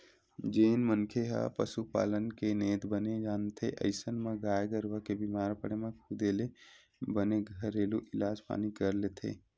जेन मनखे मन ह पसुपालन के नेत बने जानथे अइसन म गाय गरुवा के बीमार पड़े म खुदे ले बने घरेलू इलाज पानी कर लेथे